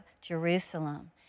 Jerusalem